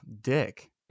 dick